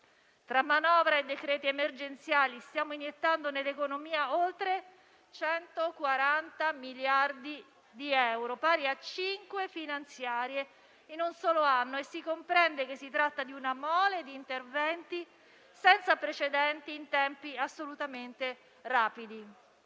Tra manovra e decreti emergenziali stiamo iniettando nell'economia oltre 140 miliardi di euro, pari a cinque finanziarie in un solo anno. Si comprende che si tratta di una mole di interventi senza precedenti approvati in tempi assolutamente rapidi.